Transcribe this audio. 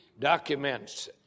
documents